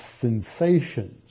sensations